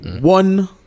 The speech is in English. one